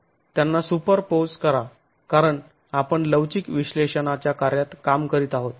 आणि त्यांना सुपरपोज करा कारण आपण लवचिक विश्लेषणाच्या कार्यात काम करीत आहोत